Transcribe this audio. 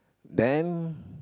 then